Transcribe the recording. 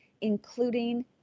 including